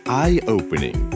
eye-opening